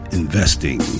...investing